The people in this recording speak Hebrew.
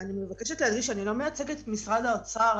אני מבקשת להגיד שאני לא מהצוות של משרד האוצר.